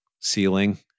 ceiling